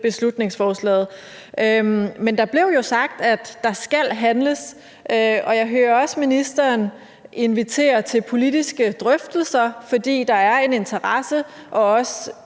beslutningsforslaget. Men der blev jo sagt, at der skal handles, og jeg hører også ministeren invitere til politiske drøftelser, fordi der er en interesse og også